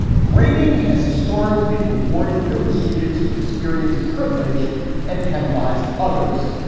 grading has historically rewarded those students who experienced privilege and penalized others.